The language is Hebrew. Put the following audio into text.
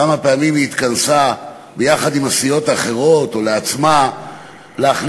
כמה פעמים היא התכנסה יחד עם הסיעות האחרות או בעצמה להחליט